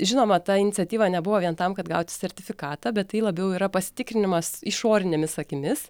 žinoma ta iniciatyva nebuvo vien tam kad gauti sertifikatą bet tai labiau yra pasitikrinimas išorinėmis akimis